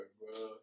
bro